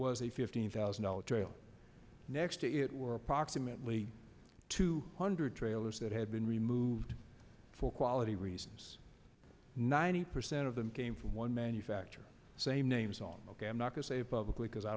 was a fifteen thousand dollar trail next to it were approximately two hundred trailers that had been removed for quality reasons ninety percent of them came from one manufacturer same name song i'm not going to say publicly because i